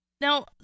Now